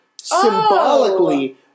symbolically